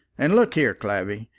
and look here, clavvy,